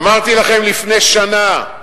אמרתי לכם לפני שנה,